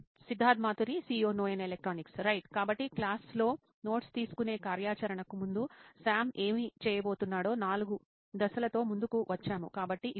Siddharth Maturi CEO నోయిన్ electronics right కాబట్టి క్లాస్లో నోట్స్ తీసుకునే కార్యాచరణకు ముందు సామ్ ఏమి చేయబోతున్నాడో నాలుగు దశలతో ముందుకు వచ్చాము కాబట్టి ఇప్పుడు